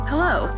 Hello